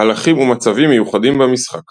מהלכים ומצבים מיוחדים במשחק